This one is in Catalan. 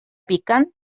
piquen